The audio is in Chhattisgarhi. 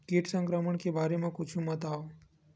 कीट संक्रमण के बारे म कुछु बतावव?